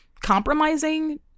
compromising